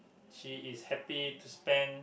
she is happy to spend